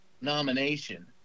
nomination